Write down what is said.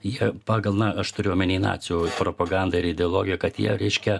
jie pagal na aš turiu omeny nacių propagandą ir ideologiją kad jie reiškia